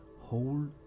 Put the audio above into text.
hold